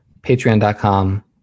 patreon.com